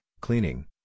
cleaning